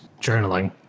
journaling